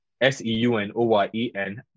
S-E-U-N-O-Y-E-N